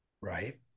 right